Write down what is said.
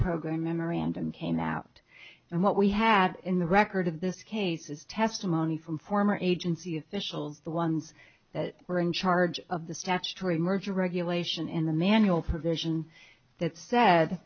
program memorandum came out and what we had in the record of this case is testimony from former agency officials the ones that were in charge of the statutory merger regulation in the manual provision that said